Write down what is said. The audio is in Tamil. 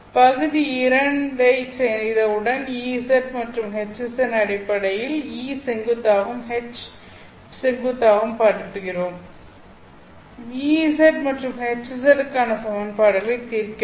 பகுதி 2 ஐச் செய்தவுடன் Ez மற்றும் Hz அடிப்படையில் E செங்குத்தாகவும் H செங்குத்தாகவும் படுத்துகிறோம் Ez மற்றும் Hz க்கான சமன்பாடுகளை தீர்க்கிறோம்